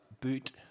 boot